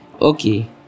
okay